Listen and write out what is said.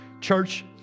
Church